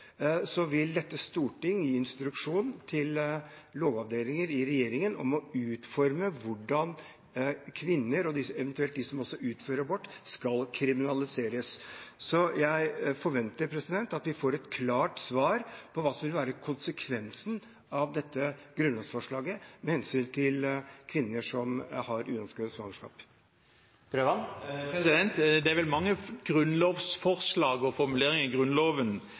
vil dette storting gi instruksjon til Lovavdelingen i regjeringen om å utforme hvordan kvinner og eventuelt også de som utfører abort, skal kriminaliseres. Jeg forventer at vi får et klart svar på hva som vil være konsekvensen av dette grunnlovsforslaget med hensyn til kvinner som har uønskede svangerskap. Det er vel mange grunnlovsforslag og formuleringer i Grunnloven